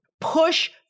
Push